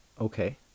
Okay